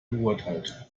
geurteilt